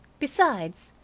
besides,